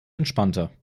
entspannter